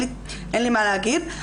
אין לי מה להגיד,